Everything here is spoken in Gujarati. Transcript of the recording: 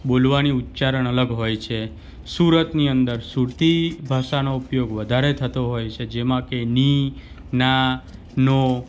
બોલવાની ઉચ્ચારણ અલગ હોય છે સુરતની અંદર સુરતી ભાષાનો ઉપયોગ વધારે થતો હોય છે જેમાં કે ની ના નો